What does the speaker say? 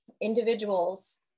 individuals